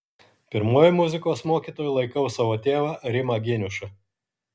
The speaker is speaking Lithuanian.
pirmuoju muzikos mokytoju laikau savo tėvą rimą geniušą